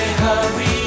hurry